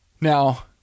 Now